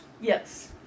yes